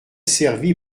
servi